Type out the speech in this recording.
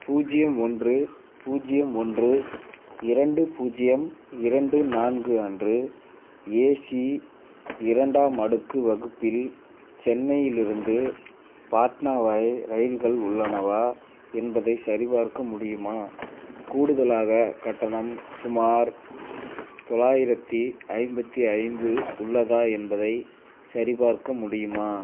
பூஜ்ஜியம் ஒன்று பூஜ்ஜியம் ஒன்று இரண்டு பூஜ்ஜியம் இரண்டு நான்கு அன்று ஏசி இரண்டாம் அடுக்கு வகுப்பில் சென்னையிலிருந்து பாட்னா வரை இரயில்கள் உள்ளனவா என்பதைச் சரிபார்க்க முடியுமா கூடுதலாக கட்டணம் சுமார் தொள்ளாயிரத்தி ஐம்பத்து ஐந்து உள்ளதா என்பதைச் சரிபார்க்க முடியுமா